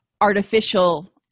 artificial